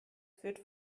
führt